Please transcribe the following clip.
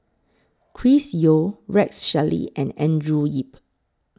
Chris Yeo Rex Shelley and Andrew Yip